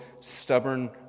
stubborn